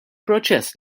proċess